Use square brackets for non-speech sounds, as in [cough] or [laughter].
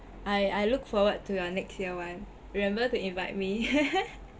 I I look forward to our next year one remember to invite me [laughs]